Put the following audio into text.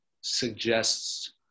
suggests